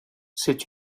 c’est